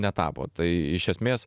netapot tai iš esmės